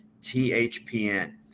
THPN